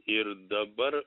ir dabar